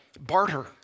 barter